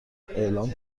اعلام